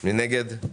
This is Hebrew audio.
מי נגד?